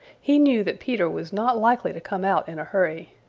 he knew that peter was not likely to come out in a hurry.